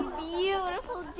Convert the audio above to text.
beautiful